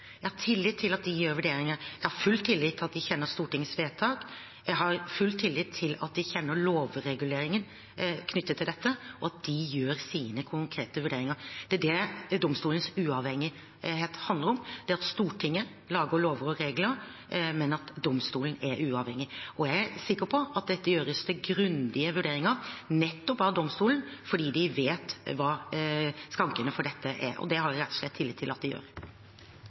tillit til at de kjenner Stortingets vedtak. Jeg har full tillit til at de kjenner lovreguleringen knyttet til dette, og at de gjør sine konkrete vurderinger. Det er det domstolens uavhengighet handler om, det at Stortinget lager lover og regler, men at domstolen er uavhengig. Jeg er sikker på at dette gjøres etter grundige vurderinger, nettopp av domstolen, fordi de vet hva skrankene for dette er. Og det har jeg rett og slett tillit til at de gjør.